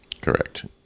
correct